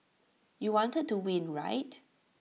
you wanted to win right